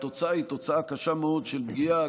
התוצאה היא תוצאה קשה מאוד של פגיעה,